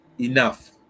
enough